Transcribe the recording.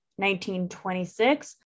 1926